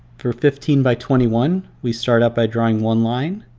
for fifteen by twenty one, we start out by drawing one line.